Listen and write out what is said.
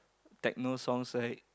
Techno songs right